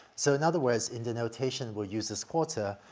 so in other words, in the notation we'll use this quarter,